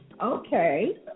Okay